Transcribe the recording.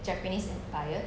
japanese inspired